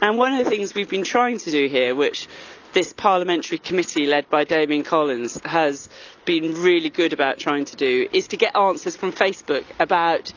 and one of the things we've been trying to do here, which this parliamentary committee led by damian collins has been really good about trying to do is to get answers from facebook about